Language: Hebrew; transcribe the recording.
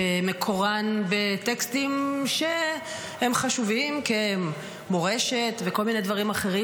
שמקורן בטקסטים שהם חשובים כי הם מורשת וכל מיני דברים אחרים,